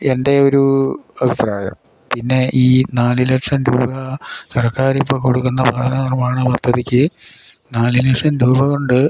എൻ്റെ ഒരു അഭിപ്രായം പിന്നെ ഈ നാല് ലക്ഷം രൂപ സർക്കാർ ഇപ്പം കൊടുക്കുന്ന ഭവന നിർമ്മാണ പദ്ധതിക്ക് നാല് ലക്ഷം രൂപ കൊണ്ട്